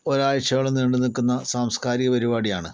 ഒരാഴ്ച്ചയോളം നീണ്ടുനിൽക്കുന്ന സാംസ്കാരിക പരിപാടിയാണ്